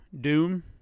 doom